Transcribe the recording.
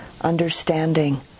understanding